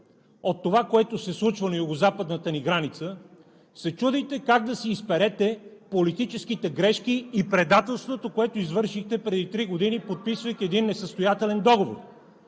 от това, което се случва на Югозападната ни граница, се чудите как да си изперете политическите грешки и предателството, което извършихте преди три години, подписвайки един несъстоятелен договор